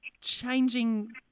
changing